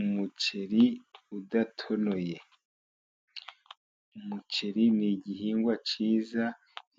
Umuceri udatonoye. Umuceri ni igihingwa cyiza,